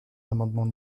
l’amendement